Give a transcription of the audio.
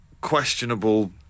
questionable